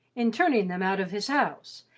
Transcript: in turning them out of his house,